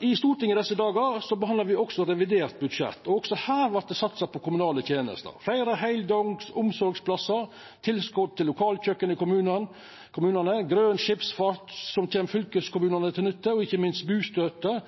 I Stortinget desse dagar behandlar me også revidert budsjett, og også her vert det satsa på kommunale tenester: Fleire heildøgns omsorgsplassar, tilskot til lokalkjøkken i kommunane, grøn skipsfart som kjem fylkeskommunane til nytte, og ikkje minst bustøtte